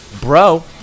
bro